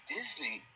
Disney